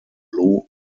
blue